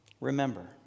Remember